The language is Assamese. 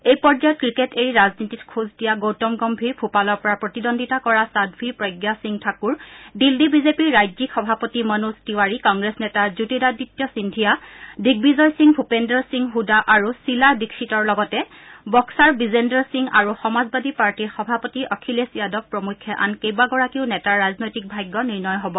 এই পৰ্যায়ত ক্ৰিকেট এৰি ৰাজনীতিত খোজ দিয়া গৌতম গগ্তীৰ ভূপালৰ পৰা প্ৰতিদ্বন্দ্বিতা কৰা সাধৱী প্ৰজ্ঞা সিং ঠাকুৰ দিল্লী বিজেপিৰ ৰাজ্যিক সভাপতি মনোজ তিৱাৰী কংগ্ৰেছ নেতা জ্যোতিৰাদিত্য সিঙ্ধিয়া দ্বিগ্বিজয় সিং ভূপেন্দৰ সিং হুদা আৰু শীলা দীক্ষিতৰ লগতে বক্সাৰ বিজেন্দৰ সিং আৰু সমাজবাদী পাৰ্টীৰ সভাপতি অখিলেশ যাদৱ প্ৰমুখ্যে আন কেইবাগৰাকীও নেতাৰ ৰাজনৈতিক ভাগ্য নিৰ্ণয় হব